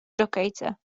dżokejce